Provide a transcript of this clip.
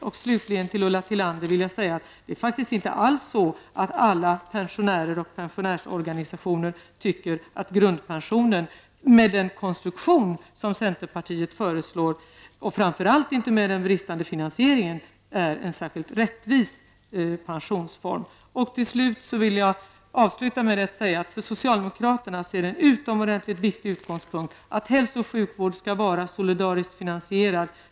Till Ulla Tillander vill jag säga att faktiskt inte alls alla pensionärer och pensionärsorganisationer tycker att grundpensionen, med den konstruktion som centerpartiet föreslår, och framför allt inte med den bristande finansieringen, är en särskilt rättvis pensionsform. Jag vill avsluta med att säga att för socialdemokraterna är det en utomordentligt viktig utgångspunkt att hälso och sjukvården skall vara solidariskt finansierad.